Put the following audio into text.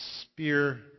spear